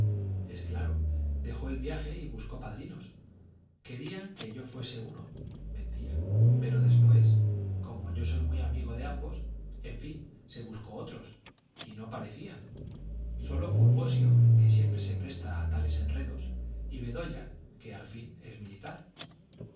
es claro dejó el viaje y buscó padrinos querían que yo fuese uno mentira pero después como yo soy muy amigo de ambos en fin se buscó otros y no parecían sólo fulgosio que siempre se presta a tales enredos y bedoya que al fin es militar